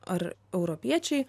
ar europiečiai